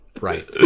right